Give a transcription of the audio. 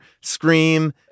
scream